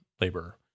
labor